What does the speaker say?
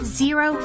zero